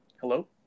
Hello